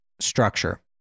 structure